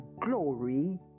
glory